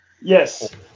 yes